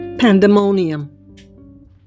Pandemonium